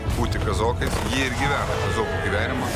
būti kazokais jie ir gyvena kazokų gyvenimą